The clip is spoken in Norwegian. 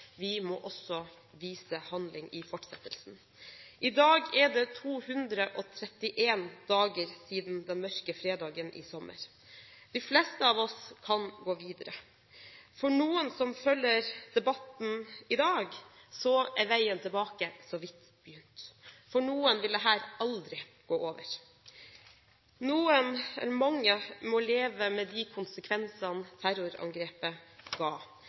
vi må også vise handling i fortsettelsen. I dag er det 231 dager siden den mørke fredagen i sommer. De fleste av oss kan gå videre. For noen som følger debatten i dag, er veien tilbake så vidt begynt. For noen vil dette aldri gå over. Mange må leve med de konsekvensene terrorangrepet ga.